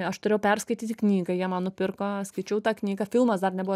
aš turėjau perskaityti knygą jie man nupirko skaičiau tą knygą filmas dar nebuvo